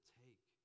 take